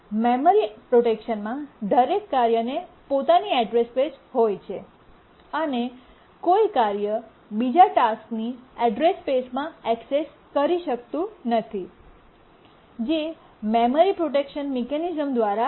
memory પ્રોટેક્શનમાં દરેક કાર્યને પોતાની એડ્રેસ સ્પેસ હોય છે અને કોઈ કાર્ય બીજા ટાસ્કની એડ્રેસ સ્પેસમાં ઍક્સેસ કરી શકતું નથી જે મેમરી પ્રોટેક્શન મેકેનિઝમ દ્વારા ખાતરી કરવામાં આવે છે